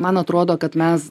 man atrodo kad mes